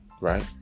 right